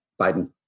Biden